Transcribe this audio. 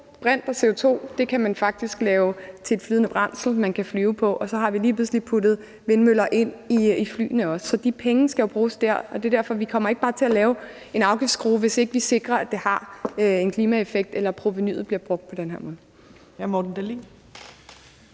brint og CO2 kan man faktisk lave til et flydende brændsel, man kan flyve på, og så har vi lige pludselig også puttet vindmølleenergi ind i flyene. Så de penge skal jo bruges der, og det er derfor, at vi ikke bare kommer til at lave en afgiftsskrue, hvis ikke vi sikrer, at det har en klimaeffekt, eller at provenuet bliver brugt på den her måde.